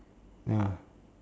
ya